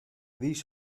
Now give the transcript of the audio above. these